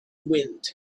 wind